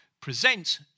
present